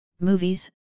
movies